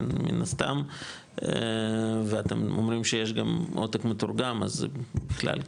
מן הסתם ואתם אומרים שיש גם עותק מתורגם אז בכלל,